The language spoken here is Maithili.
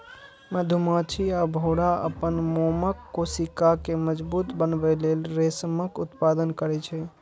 मधुमाछी आ भौंरा अपन मोमक कोशिका कें मजबूत बनबै लेल रेशमक उत्पादन करै छै